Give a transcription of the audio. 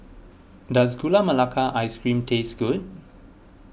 does Gula Melaka Ice Cream taste good